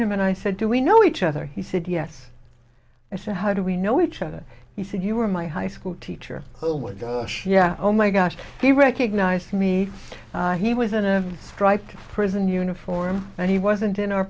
him and i said do we know each other he said yes so how do we know each other you said you were my high school teacher oh my gosh yeah oh my gosh he recognized me he was an air strike prison uniform and he wasn't in our